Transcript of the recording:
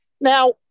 Now